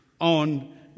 on